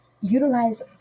Utilize